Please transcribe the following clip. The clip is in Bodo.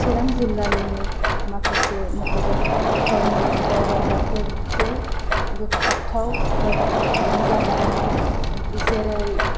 चिरां जिल्लानि माखासे मखजाथाव थावनि दावबायग्राफोरखौ बोगथाबथाव जायगाफ्रानो जाबाय जेरै